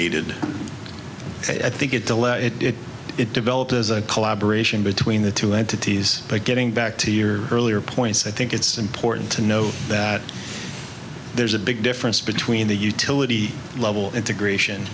aided i think it to let it develop as a collaboration between the two entities but getting back to your earlier points i think it's important to note that there's a big difference between the utility level integration